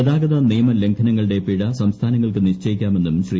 ഗതാഗത നിയമലംഘനങ്ങളുടെ പിഴ സംസ്ഥാനങ്ങൾക്ക് നിശ്ചയിക്കാമെന്നും ശ്രീ